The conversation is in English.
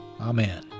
Amen